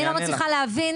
אני לא מצליחה להבין,